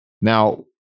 Now